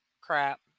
crap